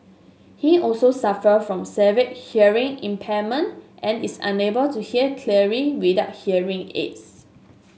he also suffer from severe hearing impairment and is unable to hear clearly without hearing aids